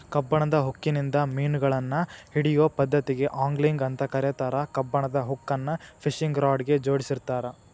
ಕಬ್ಬಣದ ಹುಕ್ಕಿನಿಂದ ಮಿನುಗಳನ್ನ ಹಿಡಿಯೋ ಪದ್ದತಿಗೆ ಆಂಗ್ಲಿಂಗ್ ಅಂತ ಕರೇತಾರ, ಕಬ್ಬಣದ ಹುಕ್ಕನ್ನ ಫಿಶಿಂಗ್ ರಾಡ್ ಗೆ ಜೋಡಿಸಿರ್ತಾರ